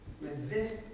resist